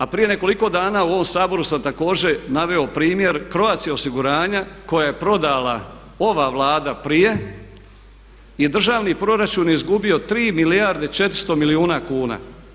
A prije nekoliko dana u ovom Saboru sam također naveo primjer Croatia osiguranja kojeg je prodala ova Vlada prije i državni proračun je izgubio 3 milijarde i 400 milijuna kuna.